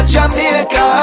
Jamaica